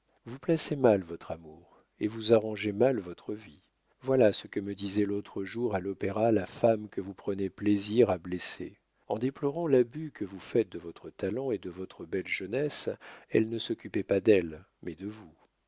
vous placez mal votre amour et vous arrangez mal votre vie voilà ce que me disait l'autre jour à l'opéra la femme que vous prenez plaisir à blesser en déplorant l'abus que vous faites de votre talent et de votre belle jeunesse elle ne s'occupait pas d'elle mais de vous